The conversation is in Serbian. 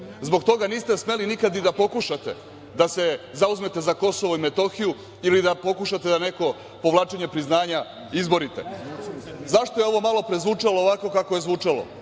zbog toga niste smeli nikada ni da pokušate da se zauzmete za KiM ili da pokušate da neko povlačenje priznanja izborite.Zašto je ovo malopre zvučalo ovako kako je zvučalo?